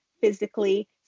physically